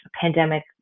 pandemic